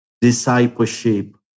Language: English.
Discipleship